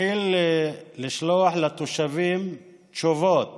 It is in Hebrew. התחיל לשלוח לתושבים תשובות